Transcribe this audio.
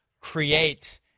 create